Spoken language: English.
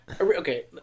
okay